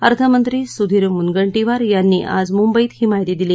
अर्थमंत्री सुधीर मुनगंटीवार यांनी आज मुंबईत ही माहिती दिली